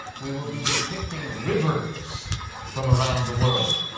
we will be depicting rivers from around the world.